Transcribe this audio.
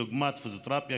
דוגמת פיזיותרפיה,